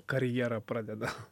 karjerą pradeda